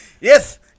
Yes